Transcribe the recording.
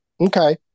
Okay